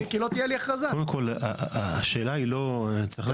קודם כל, השאלה היא לא, צריך להגיד.